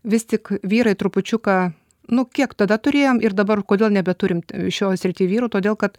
vis tik vyrai trupučiuką nu kiek tada turėjom ir dabar kodėl nebeturim šioj srity vyrų todėl kad